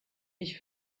ich